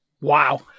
Wow